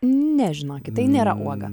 ne žinokit tai nėra uoga